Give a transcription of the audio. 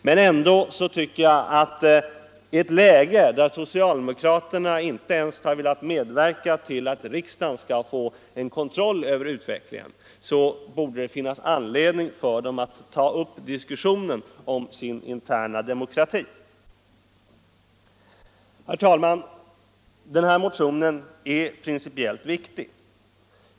Men i det läget att socialdemokraterna inte ens har velat medverka till att riksdagen skall få kontroll över utvecklingen borde det ändå finnas anledning för dem att ta upp en diskussion om sin interna demokrati. Fru talman! Motionen är principiellt riktig.